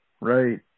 right